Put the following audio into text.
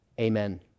amen